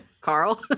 Carl